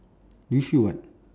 you should [what]